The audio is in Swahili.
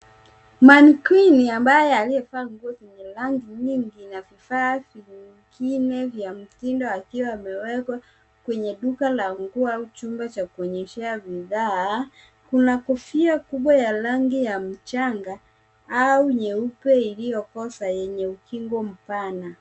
Mankwini ambaye aliyevaa nguo zenye rangi nyingi na vifaa vingine vya mtindo akiwa amewekwa kwenye duka la nguo au chumba cha kuonyeshea bidhaa. Kuna kofia kubwa ya rangi ya mchanga au nyeupe iliyokoza yenye ukingo mpana.